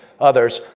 others